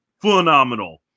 phenomenal